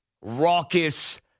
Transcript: raucous